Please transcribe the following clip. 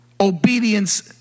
obedience